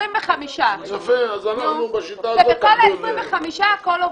25. ובכל ה-25 הכול עובד.